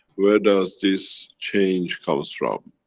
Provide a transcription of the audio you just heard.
where does this change comes from?